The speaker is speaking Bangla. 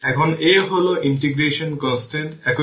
এখন A হল ইন্টিগ্রেশন কনস্ট্যান্ট এইভাবে A tRC